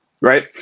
Right